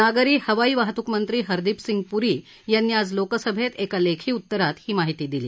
नागरी हवाई वाहतूक मंत्री हरदीप सिंग प्री यांनी आज लोकसभैत एका लेखी उतरात ही माहिती दिली